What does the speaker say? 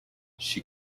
she